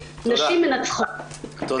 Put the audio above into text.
נשים מנצחות.